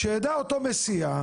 שיידע אותו מסיע,